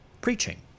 preaching